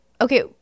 Okay